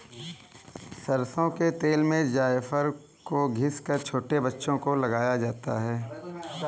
सरसों के तेल में जायफल को घिस कर छोटे बच्चों को लगाया जाता है